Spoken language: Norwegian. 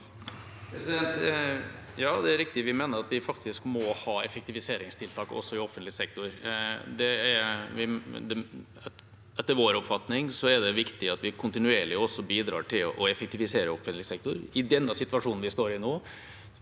Ja, det er riktig. Vi me- ner at vi faktisk må ha effektiviseringstiltak også i offentlig sektor. Etter vår oppfatning er det viktig at vi også kontinuerlig bidrar til å effektivisere offentlig sektor. I den situasjonen vi står i nå,